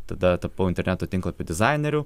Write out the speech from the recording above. tada tapau interneto tinklapių dizaineriu